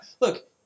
Look